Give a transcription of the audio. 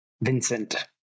Vincent